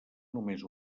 només